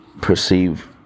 perceive